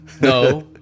No